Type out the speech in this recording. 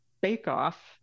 bake-off